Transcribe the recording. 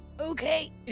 Okay